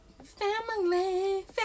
Family